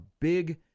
big